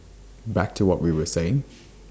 back to what we were saying